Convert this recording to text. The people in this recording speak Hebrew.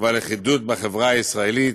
והלכידות בחברה הישראלית.